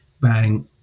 bang